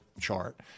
chart